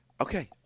Okay